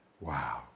Wow